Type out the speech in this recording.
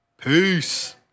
Peace